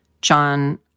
John